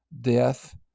death